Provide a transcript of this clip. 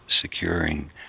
securing